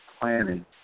planning